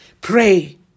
pray